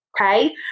okay